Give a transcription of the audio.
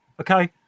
okay